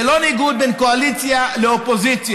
זה לא ניגוד בין קואליציה לאופוזיציה.